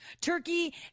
Turkey